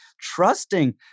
trusting